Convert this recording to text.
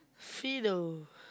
Fiido